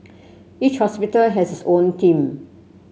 each hospital has its own team